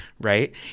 right